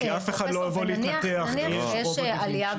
כי אף אחד לא יבוא להתנתח כי יש רובוט דה וינצ'י.